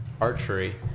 archery